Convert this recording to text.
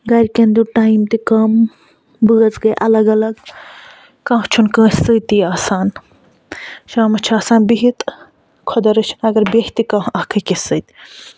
گرِکٮ۪ن دیُت ٹایم تہِ کَم بٲژ گے اَلگ الگ کانہہ چھُنہٕ کٲنسہِ سۭتی آسان شامَس چھِ آسان بِہِتھ خدا رٔچھِن اَگر بٮ۪ہہ تہِ کانہہ اکھ أکِس سۭتۍ